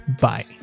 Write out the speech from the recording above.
Bye